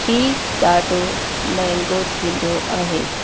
ही ॾाढो महांगो थींदो आहे